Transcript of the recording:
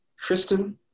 Kristen